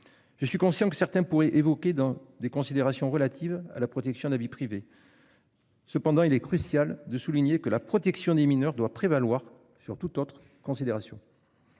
Je suis conscient que certains pouvaient évoquer dans des considérations relatives à la protection de la vie privée. Cependant, il est crucial de souligner que la protection des mineurs doit prévaloir sur toute autre considération.